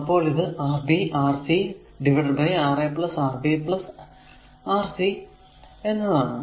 അപ്പോൾ ഇത് Rb Rc Ra Rb Rc എന്നതാണ്